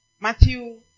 Matthew